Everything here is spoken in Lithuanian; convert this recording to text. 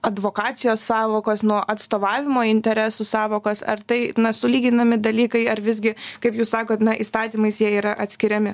advokacijos sąvokos nuo atstovavimo interesų sąvokas ar tai na sulyginami dalykai ar visgi kaip jūs sakote na įstatymais jie yra atskiriami